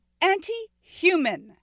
anti-human